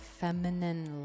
feminine